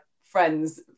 friends